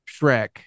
Shrek